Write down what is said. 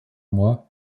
moi